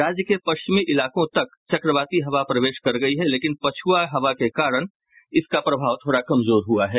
राज्य के पश्चिमी इलाकों तक चक्रवाती हवा प्रवेश कर गयी है लेकिन पछुआ हवा के बहने से इसका प्रभाव थोड़ा कमजोर है